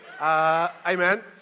Amen